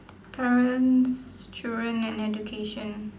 parents children and education